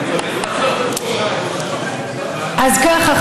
אז ככה,